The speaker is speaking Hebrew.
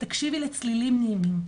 תקשיבי לצלילים נעימים,